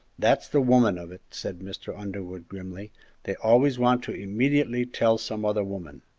that's the woman of it! said mr. underwood, grimly they always want to immediately tell some other woman!